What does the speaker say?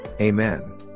Amen